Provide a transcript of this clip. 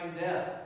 death